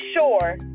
sure